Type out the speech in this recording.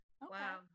Wow